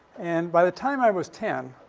and by the time i was ten,